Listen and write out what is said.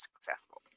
successful